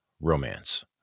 romance